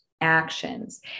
actions